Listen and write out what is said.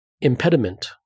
impediment